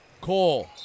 Cole